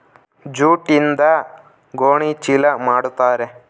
ಜೂಟ್ಯಿಂದ ಗೋಣಿ ಚೀಲ ಮಾಡುತಾರೆ